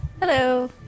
hello